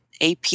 AP